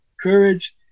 courage